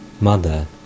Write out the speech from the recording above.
Mother